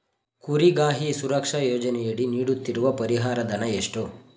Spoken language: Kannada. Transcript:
ಕುರಿಗಾಹಿ ಸುರಕ್ಷಾ ಯೋಜನೆಯಡಿ ನೀಡುತ್ತಿರುವ ಪರಿಹಾರ ಧನ ಎಷ್ಟು?